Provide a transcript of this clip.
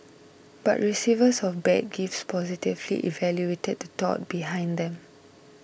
but receivers of bad gifts positively evaluated the thought behind them